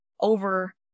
over